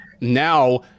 now